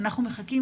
ואנחנו מחכים,